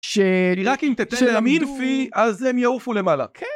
שרק אם תתן להם אינפי, אז הם יעופו למעלה.